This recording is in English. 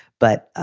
but